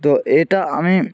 তো এটা আমি